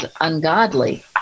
ungodly